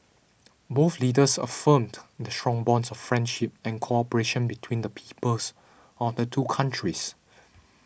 both leaders affirmed the strong bonds of friendship and cooperation between the peoples of the two countries